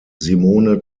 simone